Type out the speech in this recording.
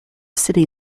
city